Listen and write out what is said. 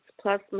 Plus